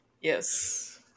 Yes